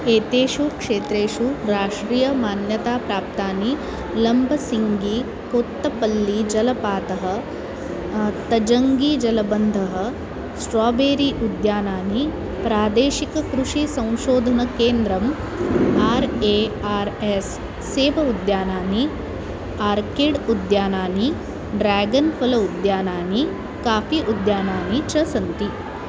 एतेषु क्षेत्रेषु राष्ट्रीयमान्यता प्राप्तानि लम्बसिङ्गी कोत्तपल्ली जलपातः तजङ्गीजलबन्धः स्ट्राबेरी उद्यानानि प्रादेशिककृषिसंशोधनकेन्द्रम् आर् ए आर् एस् सेव उद्यानानि आर्किड् उद्यानानि ड्रेगन् फल उद्यानानि कापि उद्यानानि च सन्ति